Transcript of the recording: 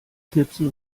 schnipsen